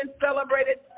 celebrated